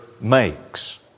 Makes